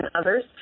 others